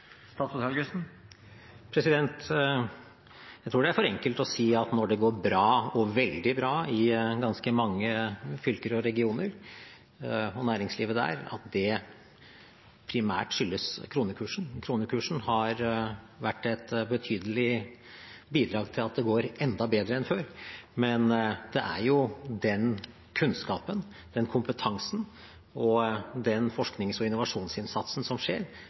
Jeg tror det er for enkelt å si når det går bra – og veldig bra – i ganske mange fylker og regioner og næringslivet der, at det primært skyldes kronekursen. Kronekursen har bidratt betydelig til at det går enda bedre enn før, men det er jo den kunnskapen, den kompetansen og den forsknings- og innovasjonsinnsatsen vi har, som